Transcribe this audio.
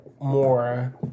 more